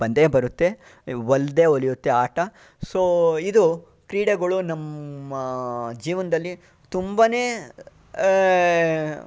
ಬಂದೇ ಬರುತ್ತೆ ಓಲಿದೇ ಒಲಿಯುತ್ತೆ ಆಟ ಸೊ ಇದು ಕ್ರೀಡೆಗಳು ನಮ್ಮ ಜೀವನ್ದಲ್ಲಿ ತುಂಬನೇ